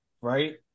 right